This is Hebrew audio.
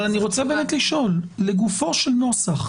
אבל אני רוצה באמת לשאול לגופו של נוסח,